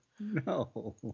No